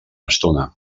estona